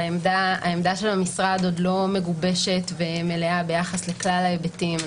עמדת המשרד עוד לא מגובשת ומלאה ביחס לכלל ההיבטים.